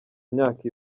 imyaka